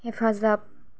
हेफाजाब